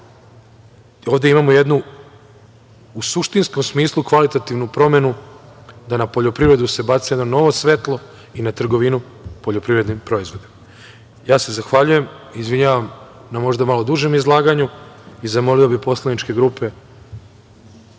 ovde imamo jednu u suštinskom smislu kvalitativnu promenu, da na poljoprivredu se baci novo svetlo i na trgovinu poljoprivrednim proizvodima. Zahvaljujem se i izvinjavam na možda malo dužem izlaganju i zamolio bih poslaničke grupe